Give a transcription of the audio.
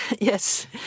yes